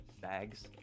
Bags